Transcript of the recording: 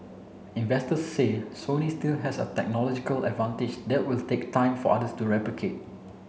investors say Sony still has a technological advantage that will take time for others to replicate